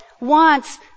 wants